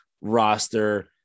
roster